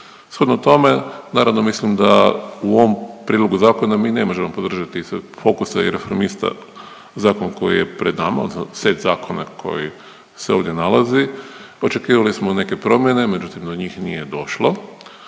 Shodno tome, naravno mislim da u ovom prijedlogu zakona mi ne možemo podržati Fokusa i Reformista zakon koji je pred nama, set zakona koji se ovdje nalazi. Očekivali smo neke promjene međutim do njih nije došlo,